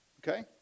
Okay